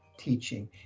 teaching